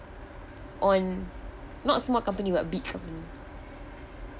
on not small company but big company